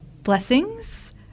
blessings